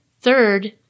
Third